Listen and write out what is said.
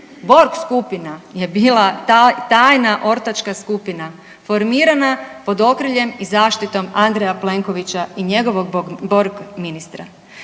Borg skupina je bila tajna ortačka skupina formirana pod okriljem i zaštitom Andreja Plenkovića i njegovog Borg ministra.